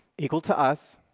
equal to us